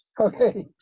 Okay